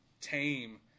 tame